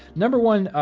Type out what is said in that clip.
number one,